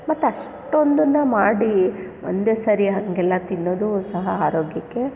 ಮತ್ ಅಷ್ಟೊಂದನ್ನ ಮಾಡಿ ಒಂದೇ ಸರಿ ಹಂಗೆಲ್ಲ ತಿನ್ನೋದೂ ಸಹ ಆರೋಗ್ಯಕ್ಕೆ